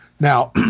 now